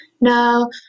No